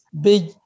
big